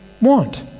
want